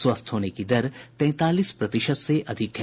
स्वस्थ होने की दर तैंतालीस प्रतिशत से अधिक है